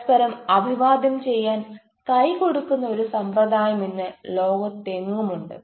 പരസ്പരം അഭിവാദ്യം ചെയ്യാൻ കൈ കൊടുക്കുന്ന ഒരു സമ്പ്രദായം ഇന്ന് ലോകത്തെങ്ങും ഉണ്ട്